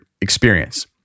experience